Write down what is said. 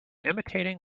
imitating